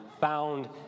found